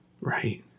Right